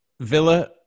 Villa